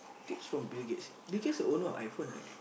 tips from Bill-Gates Bill-Gates the owner of iPhone right